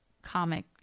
comic